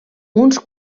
uns